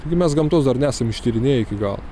taigi mes gamtos dar nesame ištyrinėję iki galo